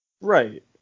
Right